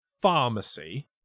pharmacy